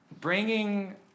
bringing